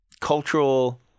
cultural